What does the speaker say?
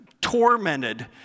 tormented